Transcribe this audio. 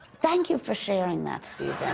thank you for sharing that, stephen.